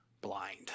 blind